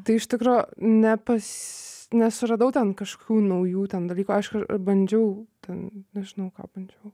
tai iš tikro nepasi nesuradau ten kažkokių naujų ten dalykų aišku bandžiau ten nežinau ką bandžiau